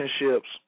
relationships